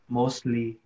mostly